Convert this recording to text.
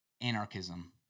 anarchism